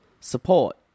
support